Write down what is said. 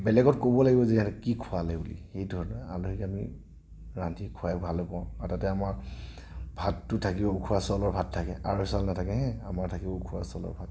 বেলেগত ক'ব লাগিব যে কি খুৱালে বুলি সেই ধৰণে আলহীক আমি ৰান্ধি খুৱাই ভালেই পাওঁ আৰু তাতে আমাৰ ভাতটো থাকে উখোৱা চাউলৰ ভাত থাকে আঢ়ৈ চাউল নাথাকে হা আমাৰ থকিব উখোৱা চাউলৰ ভাত